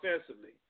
offensively